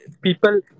people